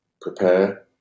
prepare